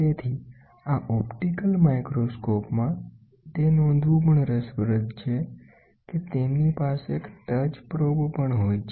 તેથી આ ઓપ્ટિકલ માઇક્રોસ્કોપમાં તે નોંધવું પણ રસપ્રદ છે કે તેમની પાસે એક ટચ પ્રોબ પણ છે